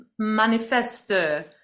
manifeste